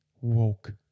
woke